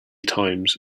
times